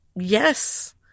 yes